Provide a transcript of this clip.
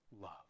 love